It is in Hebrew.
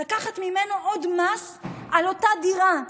לקחת ממנו עוד מס על אותה דירה,